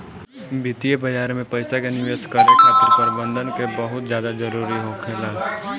वित्तीय बाजार में पइसा के निवेश करे खातिर प्रबंधन के बहुत ज्यादा जरूरी होखेला